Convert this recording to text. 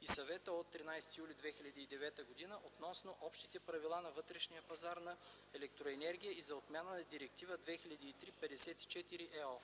и Съвета от 13 юли 2009 г. относно общите правила за вътрешния пазар на електроенергия и за отмяна на Директива 2003/54/ЕО.